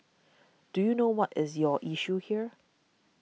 do you know what is your issue here